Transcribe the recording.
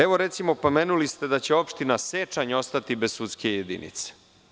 Evo, recimo, pomenuli ste da će opština Sečanj ostati bez sudske jedinice.